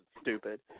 stupid